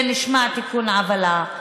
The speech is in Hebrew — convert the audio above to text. זה נשמע תיקון עוולה,